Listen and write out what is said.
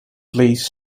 please